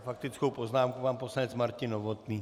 S faktickou poznámkou pan poslanec Martin Novotný.